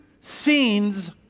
scenes